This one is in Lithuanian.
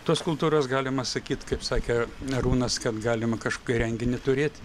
tos kultūros galima sakyt kaip sakė merūnas kad galima kažkokį renginį turėt